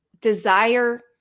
desire